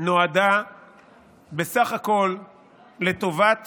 נועדה בסך הכול לטובת מתן